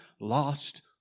lost